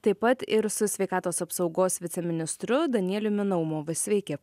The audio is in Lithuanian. taip pat ir su sveikatos apsaugos viceministru danieliumi naumovu sveiki